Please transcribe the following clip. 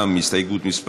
גם הסתייגות מס'